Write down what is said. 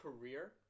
career